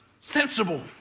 sensible